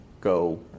go